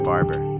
Barber